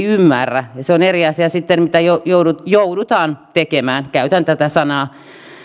ymmärrä se on eri asia sitten mitä joudutaan tekemään käytän tätä sanaa